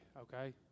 okay